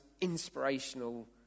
inspirational